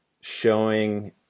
showing